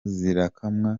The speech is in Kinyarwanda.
zirakamwa